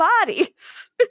bodies